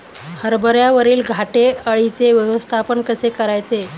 हरभऱ्यावरील घाटे अळीचे व्यवस्थापन कसे करायचे?